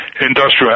industrial